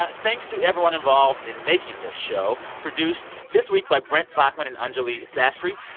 ah thanks to everyone involved in making this show produced this week by brent baughman and anjuli sastry.